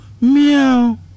meow